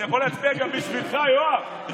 אני יכול להצביע גם בשבילך, יואב.